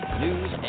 news